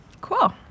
Cool